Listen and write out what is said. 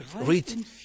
read